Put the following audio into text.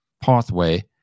pathway